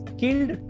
killed